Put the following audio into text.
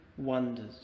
wonders